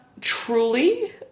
truly